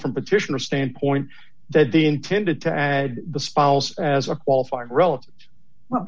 from petitioner standpoint that they intended to add the spouse as a qualified relative